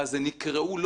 גם